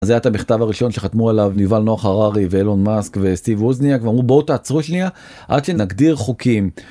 זה היה את המכתב הראשון שחתמו עליו יובל נוח הררי ואלון מאסק וסטיב ווזניאק, ואמרו בואו תעצרו שנייה עד שנגדיר חוקים.